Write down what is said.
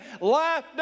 Life